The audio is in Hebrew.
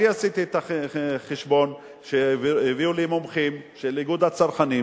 אני עשיתי את החשבון שהביאו לי מומחים של איגוד הצרכנים,